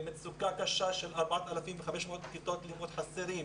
מצוקה קשה של 4,500 כיתות שחסרות.